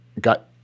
got